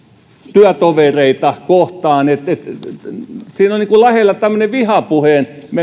työtovereita kohtaan siinä on niin kuin lähellä semmoinen vihapuheen